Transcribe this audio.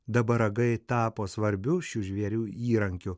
dabar ragai tapo svarbiu šių žvėrių įrankiu